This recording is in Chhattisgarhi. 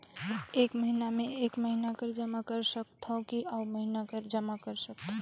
एक महीना मे एकई महीना कर जमा कर सकथव कि अउ महीना कर जमा कर सकथव?